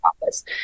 office